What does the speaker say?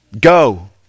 go